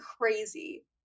crazy